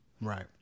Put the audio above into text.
Right